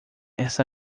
essa